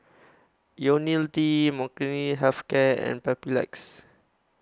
Ionil T Molnylcke Health Care and Papulex